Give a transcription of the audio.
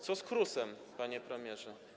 Co z KRUS-em, panie premierze?